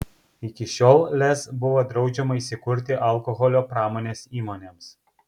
iki šiol lez buvo draudžiama įsikurti alkoholio pramonės įmonėms